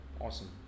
Awesome